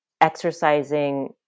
exercising